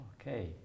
Okay